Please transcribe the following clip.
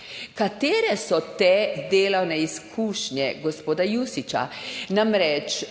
potrebne vodstvene delovne izkušnje gospoda Jušića? Namreč,